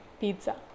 Pizza